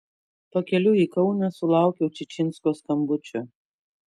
pakeliui į kauną sulaukiau čičinsko skambučio